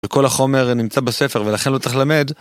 וכל החומר נמצא בספר ולכן לא צריך ללמד.